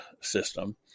system